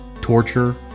torture